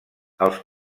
als